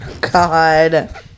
God